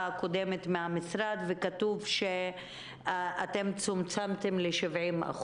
הקודמת מהמשרד שבה כתוב שאתם צומצמתם ל-70%.